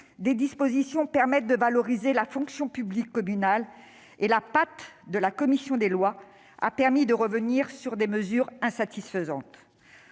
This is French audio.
des dispositions retenues permettent de valoriser la fonction publique communale, et la patte de la commission des lois a permis de revenir sur des mesures insatisfaisantes.